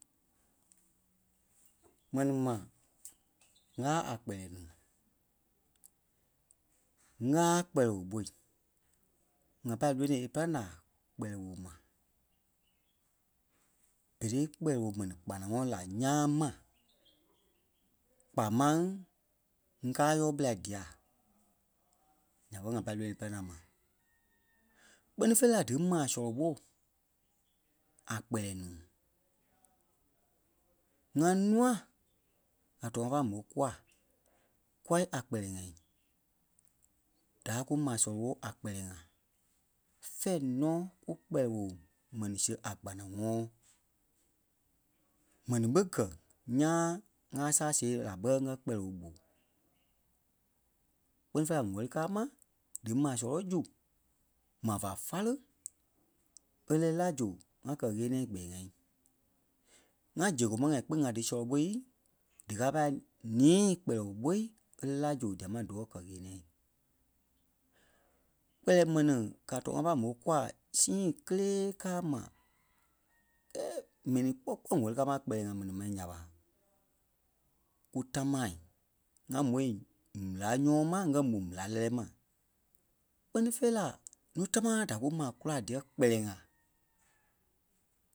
Mɛnii ma ŋgaa a kpɛlɛɛ nuu ŋgaa kpɛlɛɛ woo ɓôi. ŋa pâi lónoi é pîlaŋ laa kpɛlɛɛ-woo ma. Berei kpɛlɛɛ wóo mɛni kpanaŋɔɔ la ńyãa ma kpaa máŋ ŋgaa-yɔɔ ɓelai dîa nya ɓé ŋa pâi lónoi è pîlaŋ la ma. Kpɛ́ni fêi la dímaa sɔlɔ ɓô a kpɛlɛɛ nuu. ŋa nûa ká tɔɔ ŋa mò kua, kûai a kpɛlɛɛ-ŋai da kú maa sɔlɔ ɓo a kpɛlɛɛ-ŋai fɛ̂ɛ nɔ́ ku kpɛlɛɛ wóo mɛni síɣe a kpanaŋɔɔi. Ḿɛni ɓé gɛ̀ ńyãa ŋa sáa see la bɛ ŋgɛ kpɛlɛɛ-wóo ɓó. Kpɛ́ni fêi la ŋwɛ́li káa maa dímaa sɔlɔ ɓo zu, maa fá fáleŋ è lɛ́ɛ la zu ŋa kɛ-yeniɛi gbɛ̂ɛ-ŋa. ŋa gikomɔ-ŋai kpìŋ ŋa dí sɔlɔ ɓo díkaa pâi nii kpɛlɛɛ woo ɓôi é lɛ́ɛ la zu dîa máŋ díwɔ̂ kɛ-ɣeniɛi. Kpɛlɛɛ mɛni ká tɔɔ ŋa pá mò kûa sîi kélee káa ma kɛɛ mɛni kpɔ kpɔ́ wɛ́li káa ma a kpɛlɛɛ-ŋai mɛni mai nya ɓa kú támaa, ŋa môi m̀éla nyɔ́mɔɔ mai ŋgɛ mó m̀éla lɛ́lɛɛ ma. Kpɛ́ni fêi la núu támaa da kú maa kúla díyɛɛ kpɛlɛɛ-ŋai